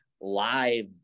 live